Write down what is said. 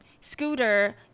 scooter